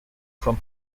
from